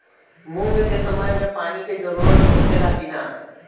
मूंग के समय मे पानी के जरूरत होखे ला कि ना?